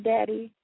Daddy